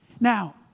Now